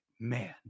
man